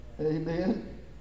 Amen